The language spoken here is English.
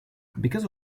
because